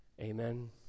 Amen